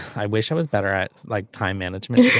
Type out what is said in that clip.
i wish i was better at like time management.